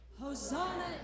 Hosanna